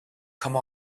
come